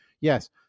Yes